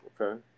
Okay